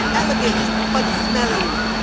elegant but smelly.